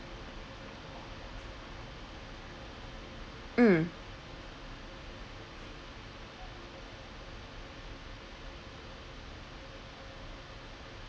mm